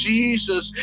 Jesus